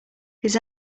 his